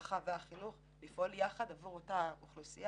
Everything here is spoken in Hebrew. הרווחה והחינוך לפעול יחד עבור אותה אוכלוסייה,